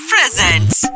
Presents